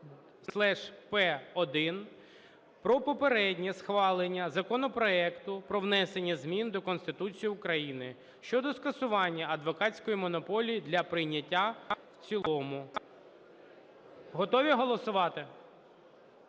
1013/П1 про попереднє схвалення законопроекту про внесення змін до Конституції України (щодо скасування адвокатської монополії) для прийняття в цілому. Готові голосувати?